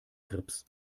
grips